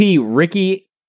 Ricky